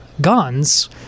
guns